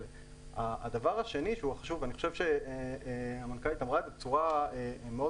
הדבר הנוסף הוא - ואני חושב שהמנכ"לית אמרה בצורה מאוד